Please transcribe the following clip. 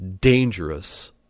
dangerous